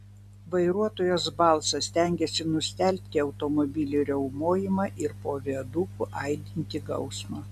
vairuotojos balsas stengėsi nustelbti automobilių riaumojimą ir po viaduku aidintį gausmą